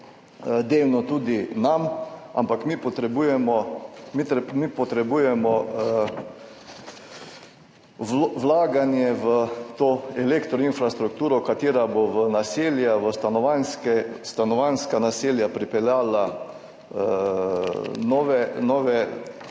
delno tudi nam, ampak mi potrebujemo vlaganje v to elektro infrastrukturo, ki bo v stanovanjska naselja pripeljala nove